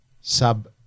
Sub